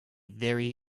very